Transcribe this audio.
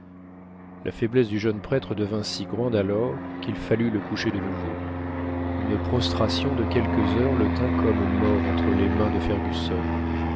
la faiblesse du jeune prêtre devint si grande alors qu'il fallut le coucher de nouveau une prostration de quelques heures le tint comme mort entre les mains de fergusson